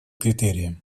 критериям